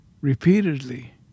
repeatedly